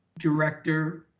director?